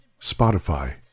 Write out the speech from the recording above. Spotify